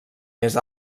més